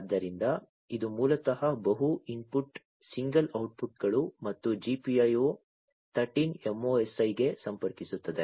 ಆದ್ದರಿಂದ ಇದು ಮೂಲತಃ ಬಹು ಇನ್ಪುಟ್ ಸಿಂಗಲ್ ಔಟ್ಪುಟ್ಗಳು ಮತ್ತು GPIO 13 MOSI ಗೆ ಸಂಪರ್ಕಿಸುತ್ತದೆ